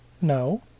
No